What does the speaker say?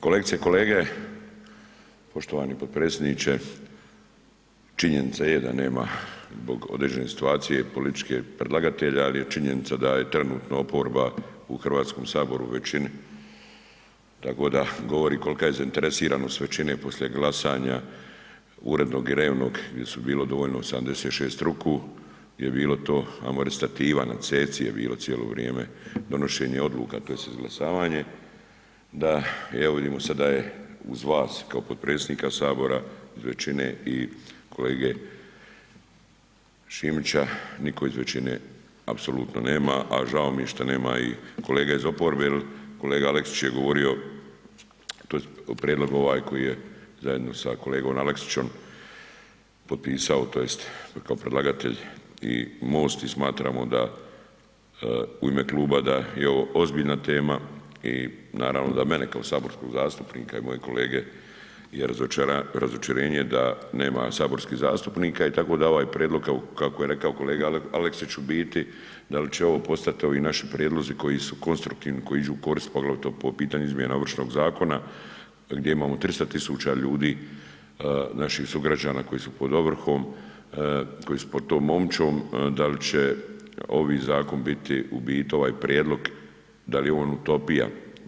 Kolegice i kolege, poštovani potpredsjedniče, činjenica je da nema zbog određene situacije političke predlagatelja ali je činjenica da je trenutno oporba u Hrvatskom saboru u većini, tako da govori kolika je zainteresiranost većine poslije glasanja urednog i revnog gdje su bile dovoljno 76 ruku, gdje je bilo to ajmo reći stativa na ceci je bilo cijelo vrijeme donošenje odluka tj. izglasavanje, da evo vidimo sad da je uz vas kao potpredsjednike sabora iz većine i kolege Šimića, nitko iz većine apsolutno nema, a žao mi je šta nema i kolega iz oporbe jer kolega Aleksić je govorio tj. prijedlog ovaj koji je zajedno sa kolegom Aleksićem potpisao tj. kao predlagatelj i MOST i smatramo da, u ime kluba da je ovo ozbiljna tema i naravno da mene kao saborskog zastupnika i moje kolege je razočarenje da nema saborskih zastupnika i tako da ovaj prijedlog kako je rekao kolega Aleksić u biti dal će ovo postat, ovi naši prijedlozi koji su konstruktivni koji iđu u korist poglavito po pitanju izmjena Ovršnog zakona, gdje imamo 300.000 ljudi, naših sugrađana koji su pod ovrhom, koji su pod tom omčom, da li će ovi zakon biti u biti ovaj prijedlog da li je on utopija.